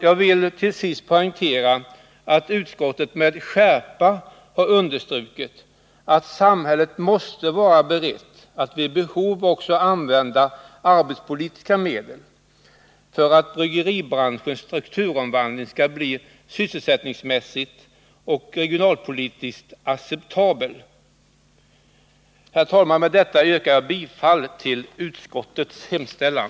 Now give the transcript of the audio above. Jag vill till sist poängtera att utskottet med skärpa har understrukit att samhället måste vara berett att vid behov också använda arbetspolitiska medel för att bryggeribranschens strukturomvandling skall bli sysselsättningsmässigt och regionalpolitiskt acceptabel. Herr talman! Med detta yrkar jag bifall till utskottets hemställan.